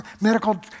medical